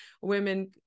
women